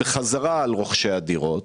בחזרה על רוכשי הדירה,